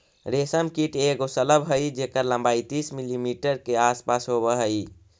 रेशम कीट एगो शलभ हई जेकर लंबाई तीस मिलीमीटर के आसपास होब हई